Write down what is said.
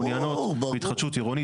מעוניינות בהתחדשות עירונית,